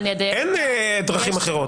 אין דרכים אחרות.